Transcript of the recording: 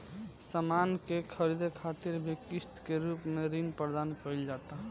सामान के ख़रीदे खातिर भी किस्त के रूप में ऋण प्रदान कईल जाता